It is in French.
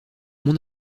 mon